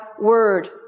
word